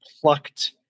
plucked